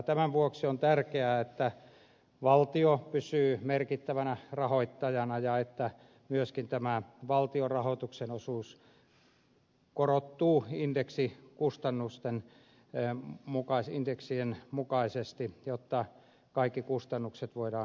tämän vuoksi on tärkeää että valtio pysyy merkittävänä rahoittajana ja että myöskin tämä valtion rahoituksen osuus korottuu indeksien mukaisesti jotta kaikki kustannukset voidaan turvata